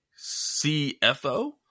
CFO